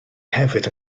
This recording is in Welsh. hefyd